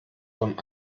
von